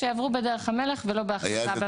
שיעברו בדרך המלך ולא בהכרזה בות"ל.